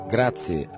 Grazie